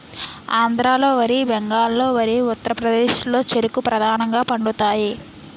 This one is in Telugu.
ఆంధ్రాలో వరి బెంగాల్లో వరి ఉత్తరప్రదేశ్లో చెరుకు ప్రధానంగా పండుతాయి